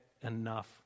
enough